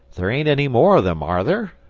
there ain't any more of them are there?